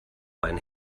mein